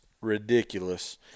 ridiculous